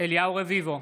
אליהו רביבו,